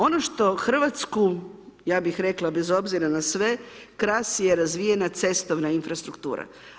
Ono što Hrvatsku, ja bih rekla bez obzira na sve krasi je razvijena cestovna infrastruktura.